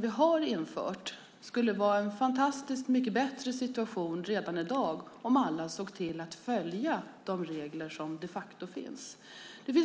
Vi skulle ha en mycket bättre situation redan i dag om alla såg till att följa de regler som finns.